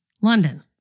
London